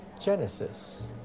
genesis